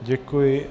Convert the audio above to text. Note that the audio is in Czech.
Děkuji.